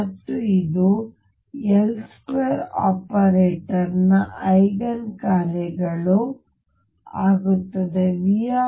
ಮತ್ತು ಇದು L2 ಆಪರೇಟರ್ನ ಐಗನ್ ಕಾರ್ಯಗಳು ಯಾವುವು